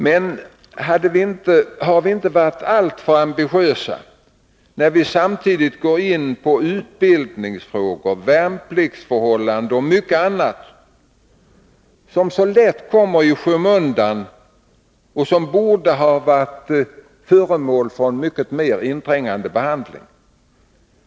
Men är det inte alltför ambitiöst att samtidigt gå in på utbildningsfrågor, värnpliktsförhållanden och mycket annat, som så lätt kommer i skymundan och som borde ha varit föremål för mycket mera inträngande behandling?